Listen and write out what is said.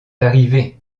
arrivés